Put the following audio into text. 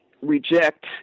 reject